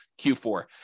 Q4